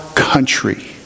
Country